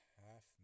half